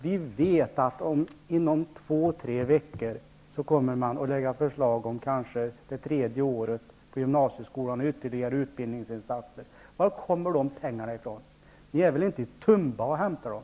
Vi vet att man inom två tre veckor kommer att lägga fram förslag om det tredje året på gymnasieskolan, och ytterligare utbildningsinsatser. Var kommer de pengarna ifrån? Ni är väl inte i Tumba och hämtar dem?